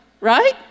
right